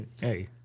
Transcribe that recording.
Hey